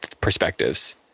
perspectives